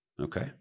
Okay